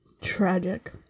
Tragic